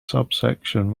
subsection